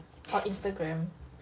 orh instagram